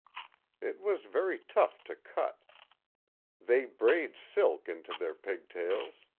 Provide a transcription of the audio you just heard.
it was very tough to cut they braid silk into their pigtails.